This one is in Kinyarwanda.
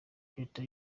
reta